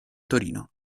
torino